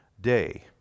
Day